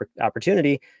opportunity